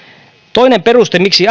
toinen peruste miksi